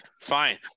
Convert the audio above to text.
Fine